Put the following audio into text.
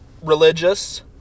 religious